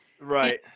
Right